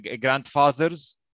grandfathers